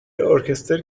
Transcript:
ارکستر